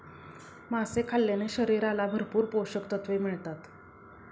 मासे खाल्ल्याने शरीराला भरपूर पोषकतत्त्वे मिळतात